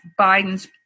Biden's